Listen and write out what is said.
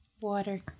water